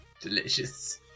delicious